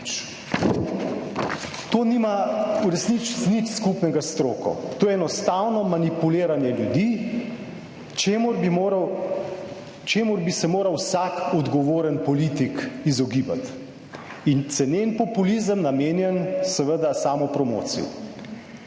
To nima v resnici nič skupnega s stroko, to je enostavno manipuliranje ljudi, čemur bi moral, čemur bi se moral vsak odgovoren politik izogibati, in cenen populizem namenjen seveda samopromociji.